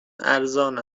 ارزان